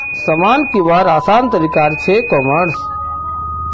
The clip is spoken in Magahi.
सामान किंवार आसान तरिका छे ई कॉमर्स